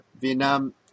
Vietnam